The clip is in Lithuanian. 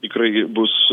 tikrai bus